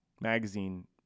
magazine